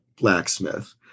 blacksmith